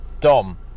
Dom